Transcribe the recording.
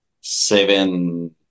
seven